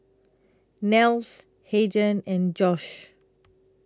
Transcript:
Nels Hayden and Josh